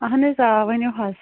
اَہَن حظ آ ؤنِو حظ